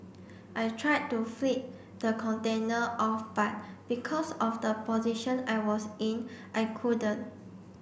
I tried to flip the container off but because of the position I was in I couldn't